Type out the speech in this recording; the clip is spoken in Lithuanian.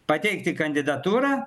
pateikti kandidatūrą